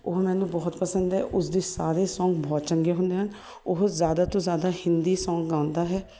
ਉਹ ਮੈਨੂੰ ਬਹੁਤ ਪਸੰਦ ਹੈ ਉਸਦੀ ਸਾਰੇ ਸੌਂਗ ਬਹੁਤ ਚੰਗੇ ਹੁੰਦੇ ਹਨ ਉਹ ਜ਼ਿਆਦਾ ਤੋਂ ਜ਼ਿਆਦਾ ਹਿੰਦੀ ਸੌਂਗ ਗਾਉਂਦਾ ਹੈ